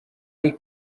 luc